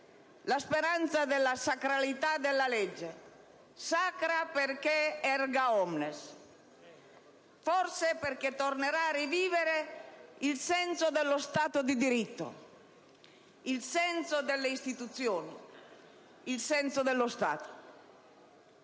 la speranza della sacralità della legge, sacra perché *erga omnes*, e forse perché tornerà a rivivere il senso dello Stato di diritto, il senso delle istituzioni, il senso dello Stato.